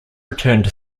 returned